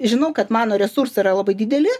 žinau kad mano resursai yra labai dideli